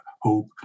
hope